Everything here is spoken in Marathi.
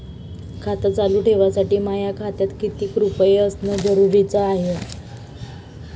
खातं चालू ठेवासाठी माया खात्यात कितीक रुपये असनं जरुरीच हाय?